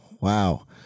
wow